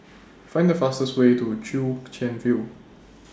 Find The fastest Way to Chwee Chian View